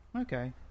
okay